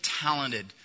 talented